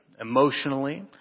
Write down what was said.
emotionally